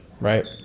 Right